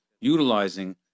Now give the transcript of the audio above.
utilizing